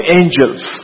angels